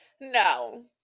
No